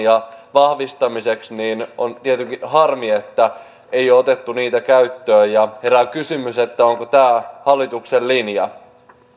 vahvistamiseksi niin on tietenkin harmi että ei ole otettu niitä käyttöön herää kysymys onko tämä hallituksen linja